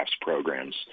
programs